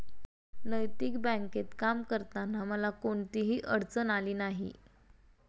नैतिक बँकेत काम करताना मला कोणतीही अडचण आली नाही